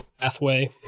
pathway